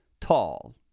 tall